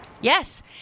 Yes